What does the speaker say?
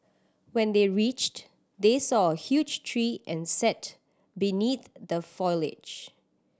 when they reached they saw a huge tree and sat beneath the foliage